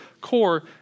core